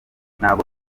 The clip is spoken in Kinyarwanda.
ntabwo